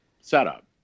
setup